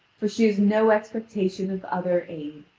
for she has no expectation of other aid.